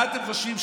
מה אתם חושבים,